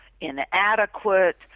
inadequate